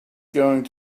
going